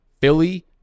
Philly